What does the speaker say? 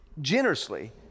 generously